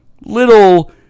little